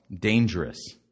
dangerous